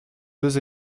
deux